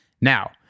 Now